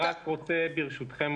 אני רק רוצה ברשותכם,